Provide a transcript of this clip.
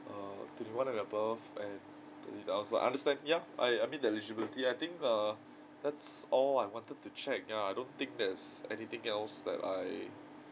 err twenty one and above and thirty thousand understand ya I I meet the eligibility I think err that's all I wanted to check ya I don't think there's anything else that I